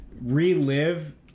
relive